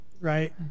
right